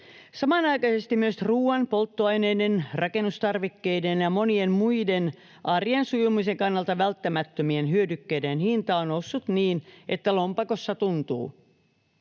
Samanaikaisesti myös ruuan, polttoaineiden, rakennustarvikkeiden ja monien muiden arjen sujumisen kannalta välttämättömien hyödykkeiden hinta on noussut niin, että lompakossa tuntuu.